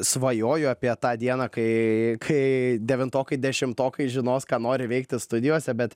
svajoju apie tą dieną kai kai devintokai dešimtokai žinos ką nori veikti studijose bet